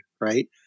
right